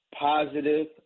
positive